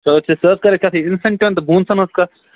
چلوٹھیٖک سُہ حظ کَرِ کَتھ اِنسیٚنٹِون ہُنٛد تہٕ بونٕسَن ہٕنٛز کَتھ